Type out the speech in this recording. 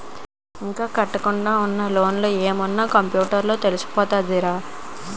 ఇంకా కట్టకుండా ఉన్న లోన్లు ఏమున్న కంప్యూటర్ లో తెలిసిపోతదిరా